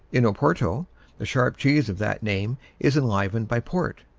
in oporto the sharp cheese of that name is enlivened by port,